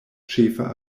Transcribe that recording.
ĉefa